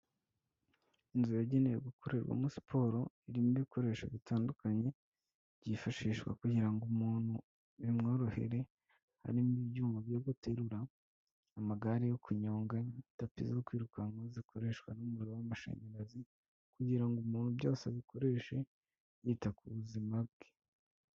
Inzu yagenewe gukorerwamo siporo, irimo ibikoresho bitandukanye byifashishwa kugira ngo umuntu bimworohere, harimo ibyuma byo guterura, amagare yo kunyonga, tapi zo kwirukankaho zikoreshwa n'umuriro w'amashanyarazi kugira ngo umuntu byose abikoreshe yita ku buzima bwe.